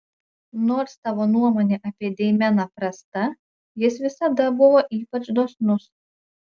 nors tavo nuomonė apie deimeną prasta jis visada buvo ypač dosnus